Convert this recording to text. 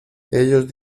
ellos